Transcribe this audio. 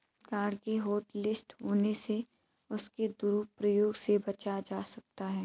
card के hotlist होने से उसके दुरूप्रयोग से बचा जा सकता है